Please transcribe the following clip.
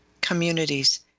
communities